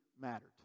mattered